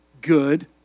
good